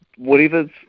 Whatever's